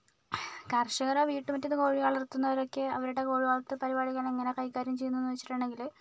കർഷകർ വീട്ടുമുറ്റത്തെ കോഴി വളർത്തുന്നവരൊക്കെ അവരുടെ കോഴി വളർത്തൽ പരിപാടികൾ എങ്ങനെ കൈകാര്യം ചെയ്യുന്നു എന്ന് വെച്ചിട്ടുണ്ടെങ്കിൽ